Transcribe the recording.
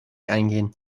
eingehen